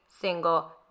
single